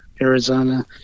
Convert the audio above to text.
Arizona